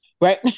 Right